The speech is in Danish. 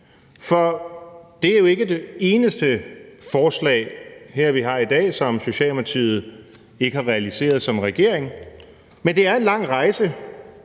For det er jo ikke det eneste forslag, vi har i dag, som Socialdemokratiet ikke har realiseret som regering, men det er en lang rejse